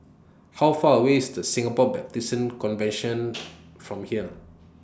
How Far away IS The Singapore Baptist Convention from here